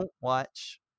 watch